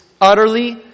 utterly